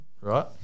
right